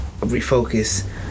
refocus